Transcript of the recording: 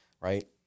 right